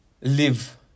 live